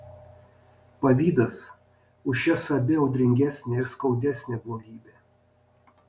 pavydas už šias abi audringesnė ir skaudesnė blogybė